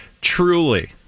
truly